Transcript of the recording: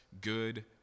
good